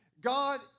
God